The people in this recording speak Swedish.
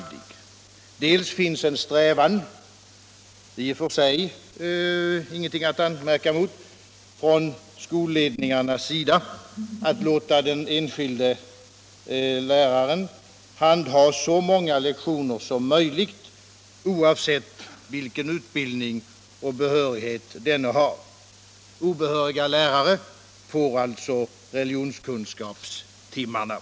För det första finns en strävan — och det är i och för sig ingenting 13 att anmärka på — från skolledningarnas sida att låta den enskilde läraren handha så många lektioner som möjligt, oavsett vilken utbildning och behörighet denne har. Obehöriga lärare får alltså religionskunskapstimmarna.